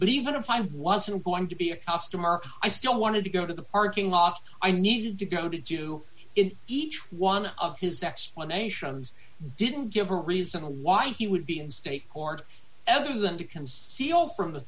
but even if i wasn't going to be a customer i still wanted to go to the parking lot i needed to go to do it each one of his explanations didn't give a reason why he would be in state court other than to conceal from the